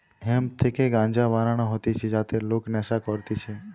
hemp থেকে গাঞ্জা বানানো হতিছে যাতে লোক নেশা করতিছে